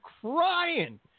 crying